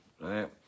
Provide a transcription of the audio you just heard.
right